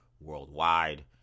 worldwide